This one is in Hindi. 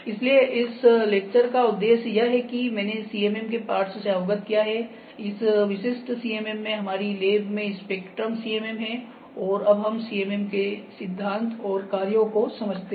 इसलिए इस लेक्चर का उद्देश्य यह है कि मैंने CMM के पार्ट्स से अवगत किया है इस विशिष्ट CMM में हमारी लैब में स्पेक्ट्रम CMM है और अब हम CMM के सिद्धांत और कार्य को समझते हैं